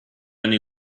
only